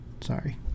sorry